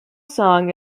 song